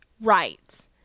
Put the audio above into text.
Right